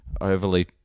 overly